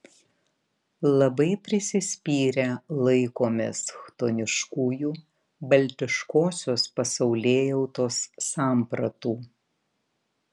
labai prisispyrę laikomės chtoniškųjų baltiškosios pasaulėjautos sampratų